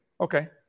Okay